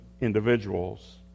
individuals